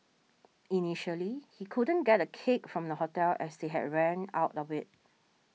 initially he couldn't get a cake from the hotel as they had ran out of it